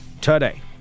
today